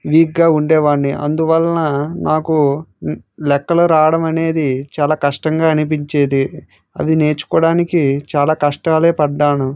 వీక్గా ఉండేవాడిని అందువలన నాకు లెక్కలు రావడం అనేది చాలా కష్టంగా అనిపించేది అది నేర్చుకోవడానికి చాలా కష్టాలు పడ్డాను